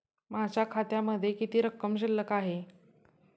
माझ्या खात्यामध्ये किती रक्कम शिल्लक आहे?